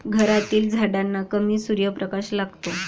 घरातील झाडांना कमी सूर्यप्रकाश लागतो